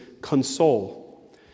console